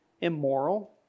immoral